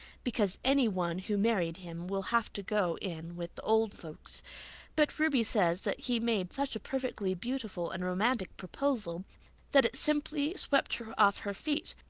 because any one who married him will have to go in with the old folks but ruby says that he made such a perfectly beautiful and romantic proposal that it simply swept her off her feet.